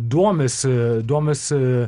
domisi domisi